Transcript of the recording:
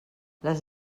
les